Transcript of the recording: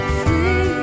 free